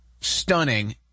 stunning